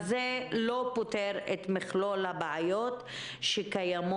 כל זה לא פותר את מכלול הבעיות שקיימות,